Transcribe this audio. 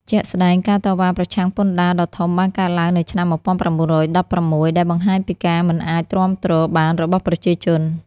ជាក់ស្ដែង ការតវ៉ាប្រឆាំងពន្ធដារដ៏ធំបានកើតឡើងនៅឆ្នាំ១៩១៦ ដែលបង្ហាញពីការមិនអាចទ្រាំទ្របានរបស់ប្រជាជន។